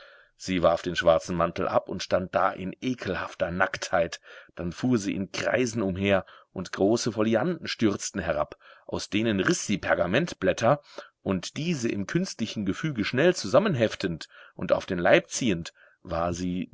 sie warf den schwarzen mantel ab und stand da in ekelhafter nacktheit dann fuhr sie in kreisen umher und große folianten stürzten herab aus denen riß sie pergamentblätter und diese im künstlichen gefüge schnell zusammenheftend und auf den leib ziehend war sie